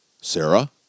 Sarah